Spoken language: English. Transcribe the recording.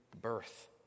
birth